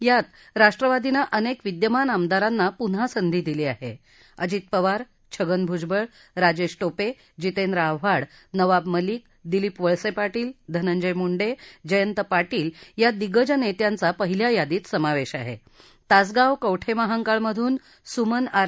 यात राष्ट्रवादीनं अनक्त विद्यमान आमदारांना पुन्हा संधी दिली आहा अजित पवार छगन भुजबळ राजक्तीटोप जितेंद्र आव्हाड नवाब मलिक दिलीप वळसप्रिटील धनंजय मुंडा अयंत पाटील या दिग्गज नस्त्रींचा पहिल्या यादीत समावतीआहा जिसगाव कवठीविहांकाळ मधून सुमन आर